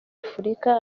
afurika